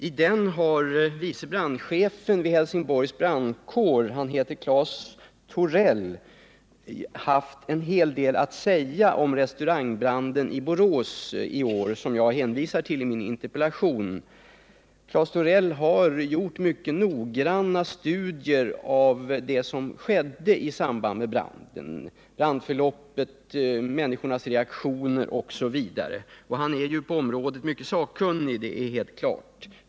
I den har vice brandcehefen vid Helsingborgs brandkår — Claes Thorell — haft en hel del att säga om restaurangbranden i Borås i år, som jag hänvisar till i min interpellation. Claes Thorell har gjort mycket noggranna studier av det som skedde i samband med branden, brandförloppet, människornas reaktion osv. Han är mycket sakkunnig på området — det är helt klart.